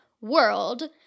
world